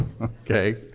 okay